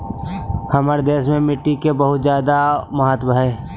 हमार देश में मिट्टी के बहुत जायदा महत्व हइ